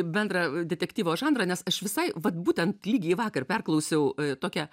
bendrą detektyvo žanrą nes aš visai vat būtent lygiai vakar perklausiau a tokią